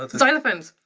ah xylophones,